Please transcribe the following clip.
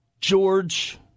george